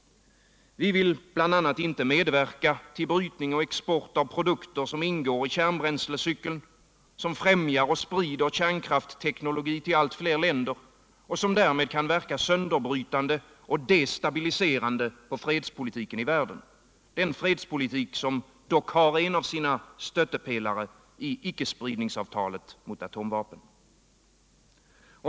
Vi vill bl.a. inte medverka till brytning och export av produkter som ingår i kärnbränslecykeln, som främjar och sprider kärnkrafisteknologi till allt fler jänder och som därmed kan verka sönderbrytande och destabiliserande på fredspolitiken i världen —- den fredspolitvik som dock har en av sina stöttepelare i icke-spridningsavtalet mot atomvapen.